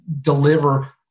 deliver